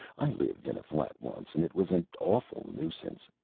i lived in a flat once, and it was an awful nuisance.